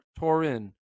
Torin